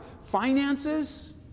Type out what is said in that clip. finances